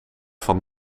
van